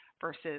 versus